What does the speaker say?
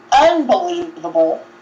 unbelievable